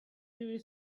you